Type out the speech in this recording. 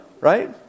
right